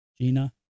Gina